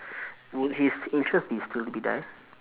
would his interest be still be there